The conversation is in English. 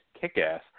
Kick-Ass